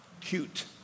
Cute